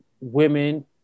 women